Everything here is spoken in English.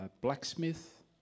blacksmith